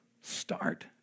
Start